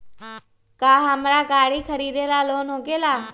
का हमरा गारी खरीदेला लोन होकेला?